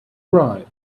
ride